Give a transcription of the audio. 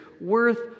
worth